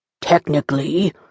Technically